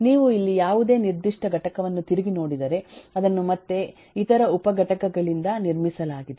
ನೀವು ಇಲ್ಲಿ ಯಾವುದೇ ನಿರ್ದಿಷ್ಟ ಘಟಕವನ್ನು ತಿರುಗಿ ನೋಡಿದರೆ ಅದನ್ನು ಮತ್ತೆ ಇತರ ಉಪಘಟಕಗಳಿಂದ ನಿರ್ಮಿಸಲಾಗಿದೆ